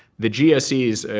the gses,